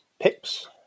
picks